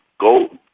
go